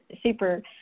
super